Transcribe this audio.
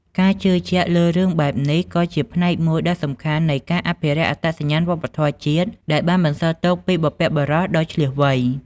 ការជឿជាក់លើរឿងបែបនេះក៏ជាផ្នែកមួយដ៏សំខាន់នៃការអភិរក្សអត្តសញ្ញាណវប្បធម៌ជាតិ ដែលបានបន្សល់ទុកពីបុព្វបុរសដ៏ឈ្លាសវៃ។